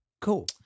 Cool